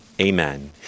Amen